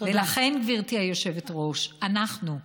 לכן, גברתי היושבת-ראש, אנחנו,